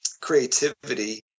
creativity